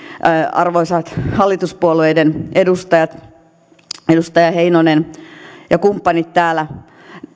arvoisat hallituspuolueiden edustajat edustaja heinonen ja kumppanit täällä